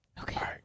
Okay